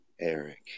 Eric